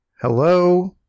Hello